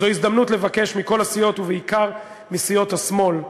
זו הזדמנות לבקש מכל הסיעות, ובעיקר מסיעות השמאל,